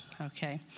okay